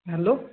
hello